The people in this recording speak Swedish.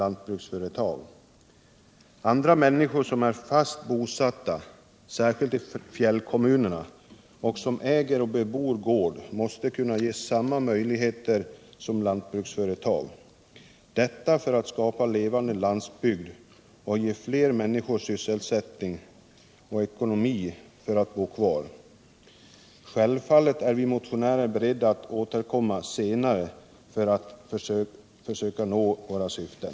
Andra människor som är fast bosatta särskilt i fjällkommunerna och som äger och bebor gård måste kunna ges samma möjligheter som lantbruksföretag, detta för att skapa en levande landsbygd och ge fler människor sysselsättning och ekonomiskt underlag för att bo kvar. Självfallet är vi motionärer beredda att återkomma senare för att försöka nå våra syften.